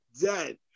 dead